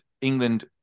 England